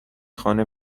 خانه